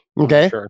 okay